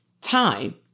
Time